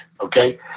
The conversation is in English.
okay